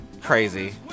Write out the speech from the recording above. crazy